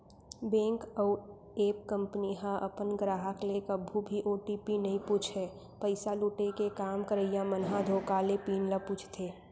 bank अउ app company ह अपन गराहक ले कभू भी ओ.टी.पी नइ पूछय, पइसा लुटे के काम करइया मन ह धोखा ले पिन ल पूछथे